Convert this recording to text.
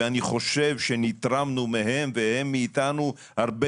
ואני חושב שנתרמנו מהם והם מאתנו הרבה